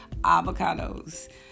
avocados